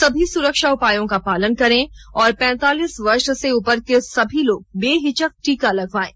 सभी सुरक्षा उपायों का पालन करें और पैंतालीस वर्ष से उपर के सभी लोग बेहिचक टीका लगवायें